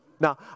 Now